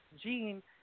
Gene